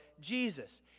Jesus